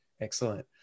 excellent